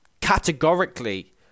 categorically